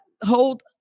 hold